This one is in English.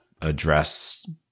address